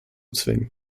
zwingen